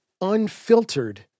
unfiltered